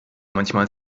manchmal